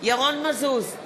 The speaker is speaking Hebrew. ירון מזוז,